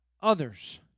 others